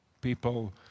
people